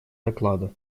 доклада